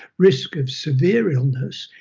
risk of severe illness,